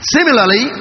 Similarly